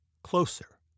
Closer